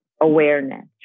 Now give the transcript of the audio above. awareness